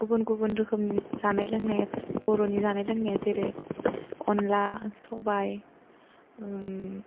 गुबुन गुबुन रोखोमनि जानाय लोंनाय बर'नि जानाय लोंनाया जेरै अनला सबाइ